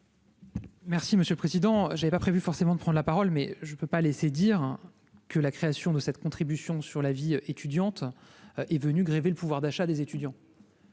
Merci monsieur le président, j'avais pas prévu forcément de prendre la parole, mais je peux pas laisser dire que la création de cette contribution sur la vie étudiante est venue grever le pouvoir d'achat des étudiants.